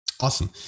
Awesome